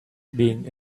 being